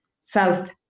south